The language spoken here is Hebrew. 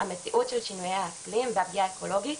המציאות של שינויי האקלים והפגיעה האקולוגית,